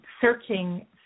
searching